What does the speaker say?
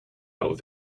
out